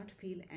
feel